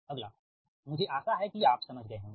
अगला मुझे आशा है कि आप समझ गए होंगे